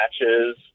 matches